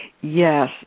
Yes